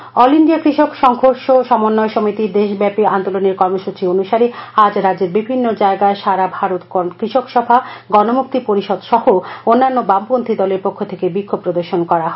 কৃষি bill all India কৃষক সংঘর্ষ সমন্বয় সমিতির দেশব্যাপী আন্দোলনের কর্মসচি অনুসারে আজ রাজ্যের বিভিন্ন জায়গায় সারা ভারত কৃষকসভা গণমুক্তি পরিষদ সহ অন্যান্য বামপন্থী দলের পক্ষ থেকে বিক্ষোভ প্রদর্শন করা হয়